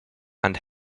and